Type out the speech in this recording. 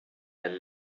and